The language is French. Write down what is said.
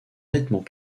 nettement